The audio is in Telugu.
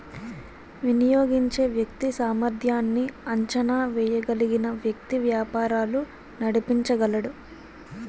వినియోగించే వ్యక్తి సామర్ధ్యాన్ని అంచనా వేయగలిగిన వ్యక్తి వ్యాపారాలు నడిపించగలడు